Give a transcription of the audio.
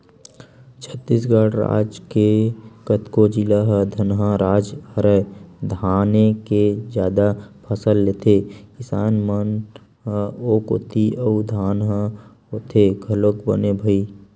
छत्तीसगढ़ राज के कतको जिला ह धनहा राज हरय धाने के जादा फसल लेथे किसान मन ह ओ कोती अउ धान ह होथे घलोक बने भई